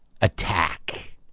attack